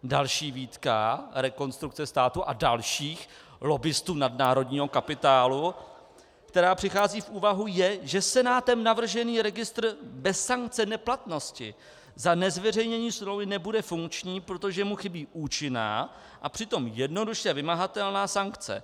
Další výtka Rekonstrukce státu a dalších lobbistů nadnárodního kapitálu, která přichází v úvahu, je, že Senátem navržený registr bez sankce neplatnosti za nezveřejnění smlouvy nebude funkční, protože mu chybí účinná a přitom jednoduše vymahatelná sankce.